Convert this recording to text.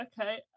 okay